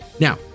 Now